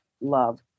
love